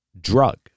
drug